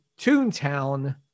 Toontown